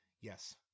Yes